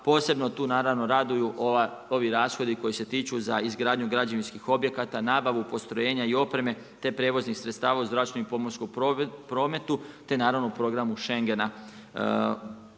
posebno tu naravno raduju ovi rashodi koji se tiču za izgradnju građevinskih objekata, nabavu, postrojenja i opreme te prijevoznih sredstava u zračnom i pomorskom prometu te naravno u programu šengena